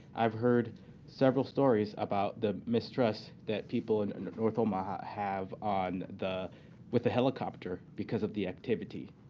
i've heard several stories about the mistrust that people in north omaha have on the with the helicopter because of the activity.